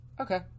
Okay